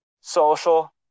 social